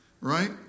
Right